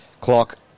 Clock